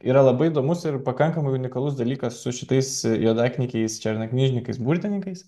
yra labai įdomus ir pakankamai unikalus dalykas su šitais juodaknygiais černaknyžnikais burtininkais